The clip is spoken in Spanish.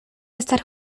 estar